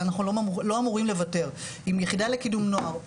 אם יחידה לקידום נוער,